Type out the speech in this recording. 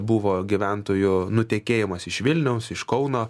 buvo gyventojų nutekėjimas iš vilniaus iš kauno